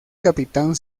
capitán